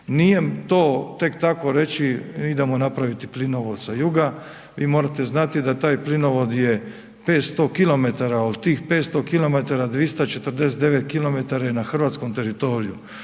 Nije to tek tako reći idemo napraviti plinovod sa juga, vi morate znati da taj plinovod je 500 km, od tih 500 km, 249 km je na hrvatskog teritoriju,